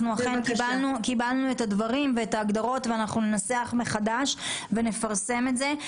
אכן קיבלנו את הדברים ואת ההגדרות וננסח מחדש ונפרסם את זה.